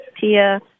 Tia